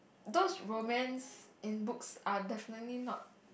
those romance in books are definitely not